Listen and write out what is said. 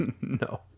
No